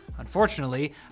Unfortunately